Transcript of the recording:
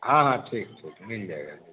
हाँ हाँ ठीक ठीक मिल जाएगा